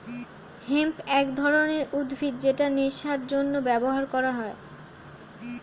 hemp এক ধরনের উদ্ভিদ যেটা নেশার জন্য ব্যবহার করা হয়